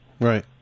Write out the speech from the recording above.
Right